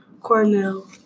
Cornell